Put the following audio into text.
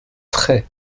très